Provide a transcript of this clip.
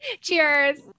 Cheers